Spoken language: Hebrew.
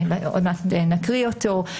עוד מעט נקריא אותו,